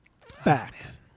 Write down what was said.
Fact